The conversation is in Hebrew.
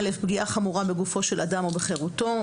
פגיעה חמורה בגופו של אדם או בחירותו,